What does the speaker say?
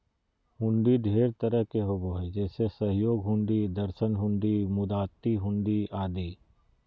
हुंडी ढेर तरह के होबो हय जैसे सहयोग हुंडी, दर्शन हुंडी, मुदात्ती हुंडी आदि